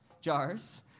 jars